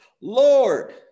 Lord